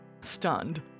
stunned